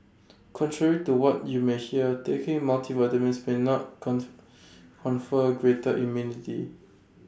contrary to what you may hear taking multivitamins may not con confer greater immunity